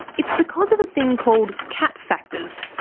it's because of a thing called cap factors,